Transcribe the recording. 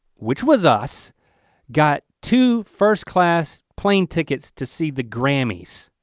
which was us got to first class plane tickets to see the grammys.